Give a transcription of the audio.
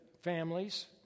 families